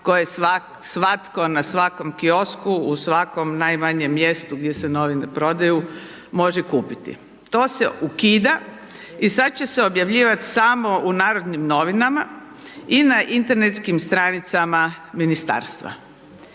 koje svatko na svakom kiosku u svakom najmanjem mjestu gdje se novine prodaju može kupiti, to se ukida i sad će se objavljivat samo u Narodnim novinama i na internetskim stranicama ministarstva.